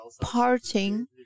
parting